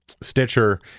Stitcher